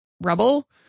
rubble